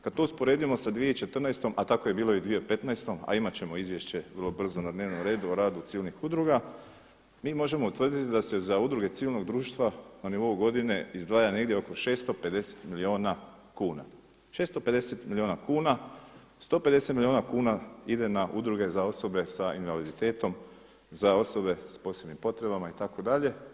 Kad to usporedimo sa 2014. a tako je bilo i 2015. a imat ćemo izvješće vrlo brzo na dnevnom redu o radu civilnih udruga mi možemo utvrditi da se za Udruge civilnog društva na nivou godine izdvaja negdje oko 650 milijuna kuna, 150 milijuna kuna ide na udruge za osobe sa invaliditetom, za osobe sa posebnim potrebama itd.